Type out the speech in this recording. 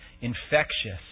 infectious